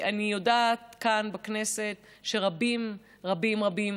ואני יודעת שכאן בכנסת רבים רבים רבים